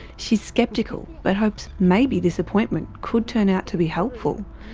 she's skeptical but hopes maybe this appointment could turn out to be helpful?